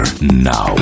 now